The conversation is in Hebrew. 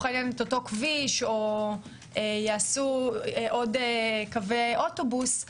העניין את אותו כביש או יעשו עוד קווי אוטובוס,